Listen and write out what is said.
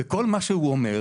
כל מה שהוא אומר